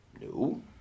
no